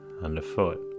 Underfoot